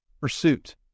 Pursuit